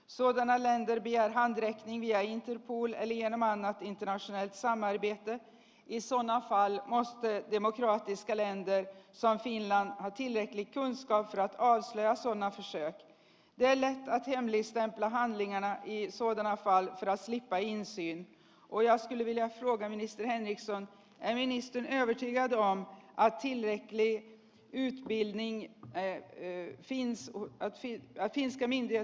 soita nälän jaetaan jäihin pudottelijänä mandaatin tönäisee zanardi että niissä anna fail monster demokratiskelleen zamfilla on sillekin ranskaa kanslian suunnassa syö meillä ja niistä vähän linjana niin soitan vaan teos likainen siinä pojan vi vill alla bekämpa terrorism och de flesta här har sagt att lagen är ett steg i rätt riktning